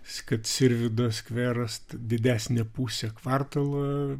kad sirvydo skveras didesnę pusę kvartalo